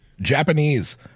Japanese